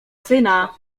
syna